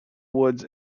woods